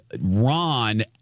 Ron